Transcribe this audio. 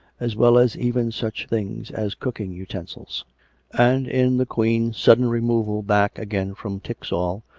as well as even such things as cooking utensils and in the queen's sudden removal back again from tixall,